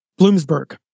Bloomsburg